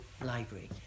Library